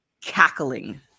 cackling